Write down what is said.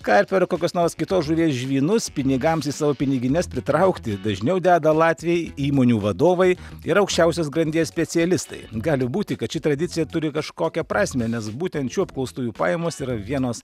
karpio ar kokios nors kitos žuvies žvynus pinigams į savo pinigines pritraukti dažniau deda latviai įmonių vadovai ir aukščiausios grandies specialistai gali būti kad ši tradicija turi kažkokią prasmę nes būtent šių apklaustųjų pajamos yra vienos